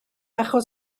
achos